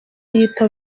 yita